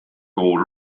gold